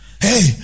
Hey